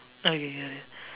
okay got it